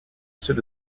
ceux